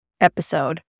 episode